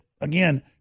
again